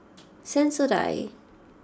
Sensodyne